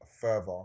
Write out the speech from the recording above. further